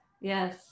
yes